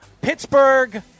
Pittsburgh